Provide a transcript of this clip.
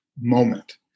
moment